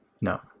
No